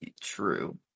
true